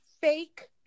fake